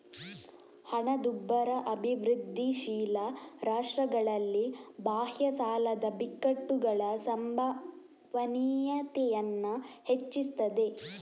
ಹಣದುಬ್ಬರ ಅಭಿವೃದ್ಧಿಶೀಲ ರಾಷ್ಟ್ರಗಳಲ್ಲಿ ಬಾಹ್ಯ ಸಾಲದ ಬಿಕ್ಕಟ್ಟುಗಳ ಸಂಭವನೀಯತೆಯನ್ನ ಹೆಚ್ಚಿಸ್ತದೆ